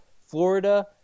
Florida